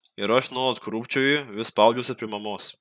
ir aš nuolat krūpčioju vis spaudžiuosi prie mamos